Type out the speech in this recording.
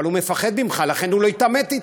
אבל הוא מפחד ממך, לכן הוא לא יתעמת אתך,